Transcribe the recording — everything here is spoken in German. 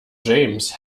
james